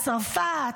צרפת,